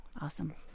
awesome